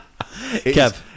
Kev